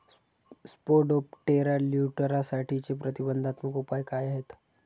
Spodoptera लिट्युरासाठीचे प्रतिबंधात्मक उपाय काय आहेत?